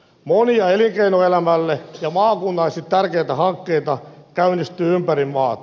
monia elinkeinoelämälle ja maakunnallisesti tärkeitä hankkeita käynnistyy ympäri maata